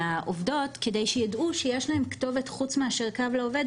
לעובדות כדי שיידעו שיש להן כתובת חוץ מאשר "קו לעובד",